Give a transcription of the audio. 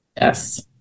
yes